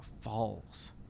falls